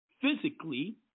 Physically